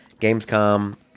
Gamescom